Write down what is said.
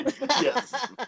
Yes